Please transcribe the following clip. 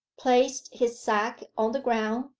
placed his sack on the ground,